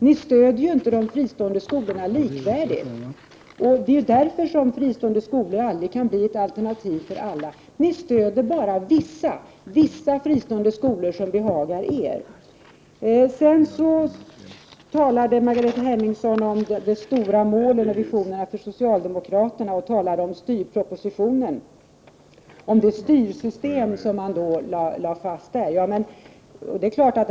Ni socialdemokrater ger ju inte de fristående skolorna ett likvärdigt stöd! Därför kan fristående skolor aldrig bli ett alternativ för alla. Ni stöder bara vissa fristående skolor, som behagar er. Margareta Hemmingsson talade om de stora målen och socialdemokraternas visioner och tog upp det styrsystem som man lade fast genom styrpropositionen.